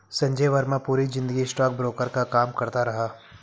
संजय वर्मा पूरी जिंदगी स्टॉकब्रोकर का काम करता रहा